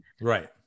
Right